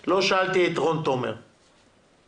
לא רואים את העבודה ואי אפשר ליישם את מה שאתם אומרים.